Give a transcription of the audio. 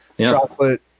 chocolate